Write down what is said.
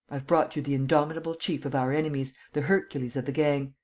i've brought you the indomitable chief of our enemies, the hercules of the gang.